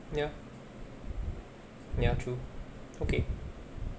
ya ya true okay